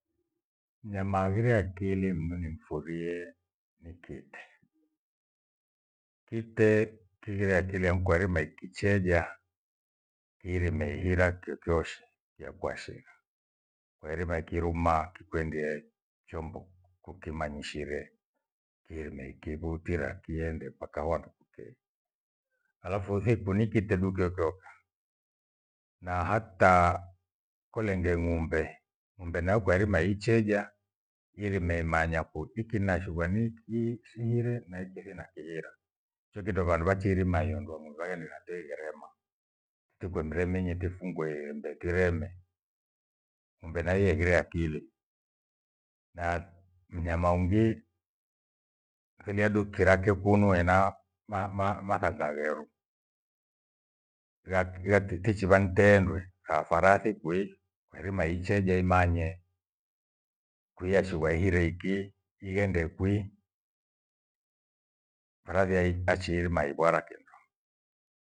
Mnyama aghire akili mno nimfurie, ni kite. Kite kighire akili ankuarima ikicheja kiirime ihira chochoshe yakwa shigha. Kwairima ikiruma kikuendie kyombo kuki manyishire ihene ikivutira kiende mpaka hoona kukei. Alafu uthiku ni kite dukeokyoka na hata kolenge ng’ombe, ng’ombe nakwairima icheja irimeimanya ku- ikinashughwa shighire nahiki thinakira. Hekindo vyandu vachiirima iondoa ng’ombe haghende nateigharema. Tikwe mreminyi tifungwe iyembe tireme. Ng'ombe nae ieghire akili na mnyama ungi thelia du kirakio kumu ena ma- mathanga geru tichi vanteendwe tha farasi kwii kwairima iicheja imanye kuyashighwa ighire iki ighende kwi farasi ai- aichirima igwana kindo